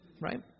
Right